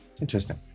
Interesting